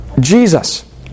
Jesus